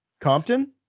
Compton